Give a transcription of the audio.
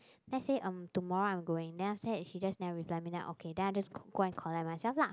then I say um tomorrow I'm going then after that she just never reply me then I okay then I just go and collect myself lah